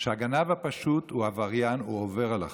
שהגנב הפשוט הוא עבריין, הוא עובר על החוק,